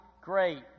great